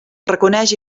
reconeix